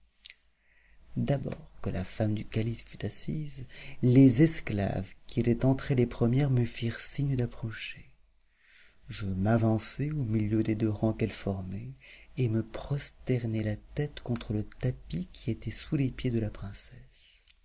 d'abord que la femme du calife fut assise les esclaves qui étaient entrées les premières me firent signe d'approcher je m'avançai au milieu des deux rangs qu'elles formaient et me prosternai la tête contre le tapis qui était sous les pieds de la princesse